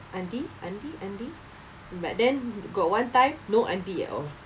Andy Andy Andy but then got one time no Andy at all